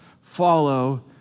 follow